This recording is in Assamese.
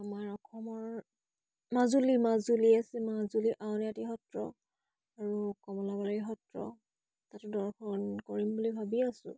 আমাৰ অসমৰ মাজুলী মাজুলী আছে মাজুলী আউনীআটী সত্ৰ আৰু কমলাবালী সত্ৰ তাতো দৰ্শন কৰিম বুলি ভাবি আছোঁ